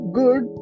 good